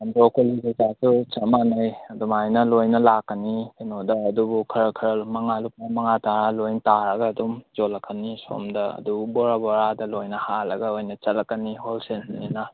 ꯑꯗꯣ ꯑꯩꯈꯣꯏ ꯀꯩꯀ ꯂꯣꯏꯅ ꯆꯞ ꯃꯥꯟꯅꯩ ꯑꯗꯨꯃꯥꯏꯅ ꯂꯣꯏ ꯂꯥꯛꯀꯅꯤ ꯀꯩꯅꯣꯗ ꯑꯗꯨꯕꯨ ꯈꯔ ꯈꯔ ꯃꯉꯥ ꯂꯨꯄꯥ ꯃꯉꯥ ꯇꯔꯥ ꯂꯣꯏꯅ ꯇꯥꯔꯒ ꯑꯗꯨꯝ ꯌꯣꯂꯛꯀꯅꯤ ꯁꯣꯝꯗ ꯑꯗꯨ ꯕꯣꯔ ꯕꯣꯔꯗ ꯂꯣꯏꯅ ꯍꯜꯂꯒ ꯑꯣꯏꯅ ꯆꯠꯂꯛꯀꯅꯤ ꯍꯣꯜ ꯁꯦꯜꯅꯤꯅ